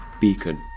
beacon